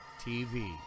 TV